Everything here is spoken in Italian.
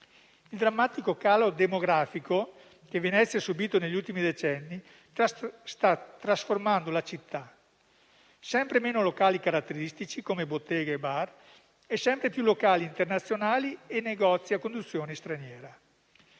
Il drammatico calo demografico che Venezia ha subito negli ultimi decenni sta trasformando la città: sempre meno locali caratteristici, come botteghe e bar, e sempre più locali internazionali e negozi a conduzione straniera.